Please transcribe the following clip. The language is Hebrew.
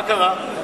מה קרה?